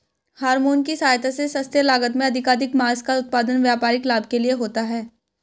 hormone की सहायता से सस्ते लागत में अधिकाधिक माँस का उत्पादन व्यापारिक लाभ के लिए होता है